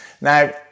Now